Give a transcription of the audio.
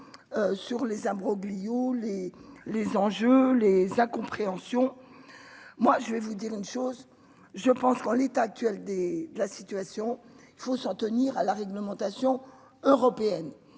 sur les imbroglios les les enjeux, les incompréhensions, moi je vais vous dire une chose, je pense qu'en l'état actuel des de la situation, il faut s'en tenir à la réglementation européenne,